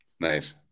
nice